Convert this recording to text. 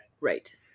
Right